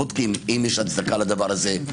בודקים האם יש הצדקה לדבר הזה.